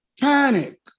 panic